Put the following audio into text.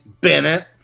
Bennett